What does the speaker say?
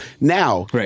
now